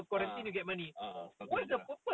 ah ah satu